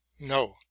no